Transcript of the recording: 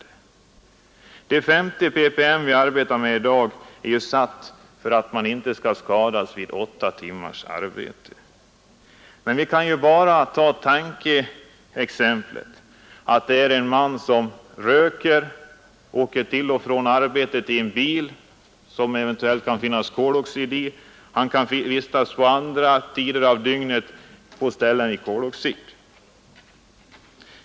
Det gränsvärde på 50 ppm som vi arbetar med i dag har ju också satts för att man inte skall skadas vid åtta timmars arbete. Men vi kan bara göra tankeexperimentet att det är en man som röker, som åker till och från arbetet i en bil, i vilken det kan finnas koloxid, och som kanske andra tider av dygnet vistas på ställen där det förekommer koloxid.